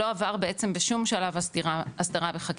לא עבר בעצם בשום שלב הסדרה וחקיקה.